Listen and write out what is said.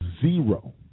zero